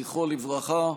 זכרו לברכה,